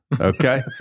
Okay